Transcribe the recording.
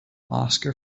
oscar